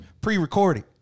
pre-recorded